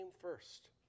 first